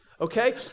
Okay